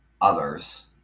others